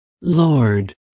Lord